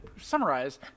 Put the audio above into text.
summarize